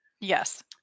yes